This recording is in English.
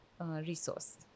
resource